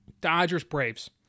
Dodgers-Braves